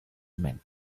meant